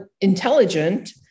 intelligent